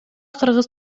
кыргыз